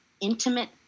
intimate